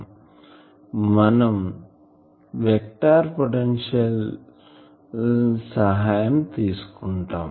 కావున మనం vector potential సహాయం తీసుకుంటాం